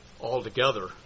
altogether